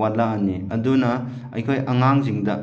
ꯋꯥꯠꯂꯛꯑꯅꯤ ꯑꯗꯨꯅ ꯑꯩꯈꯣꯏ ꯑꯉꯥꯡꯁꯤꯡꯗ